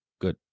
Good